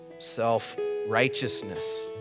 self-righteousness